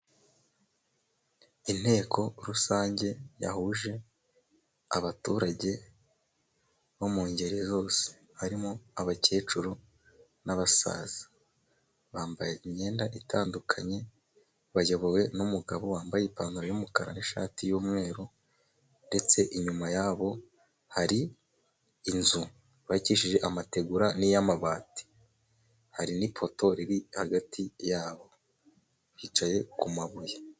Inteko rusange yahuje abaturage bo mu ngeri zose, harimo abakecuru n'abasaza , bambaye imyenda itandukanye, bayobowe n'umugabo wambaye ipantaro y'umukara nishati y'umweru , ndetse inyuma yabo hari inzu yubakishije amategura n'iy'amabati hari n'ipoto riri hagati yabo bicaye ku mabuye.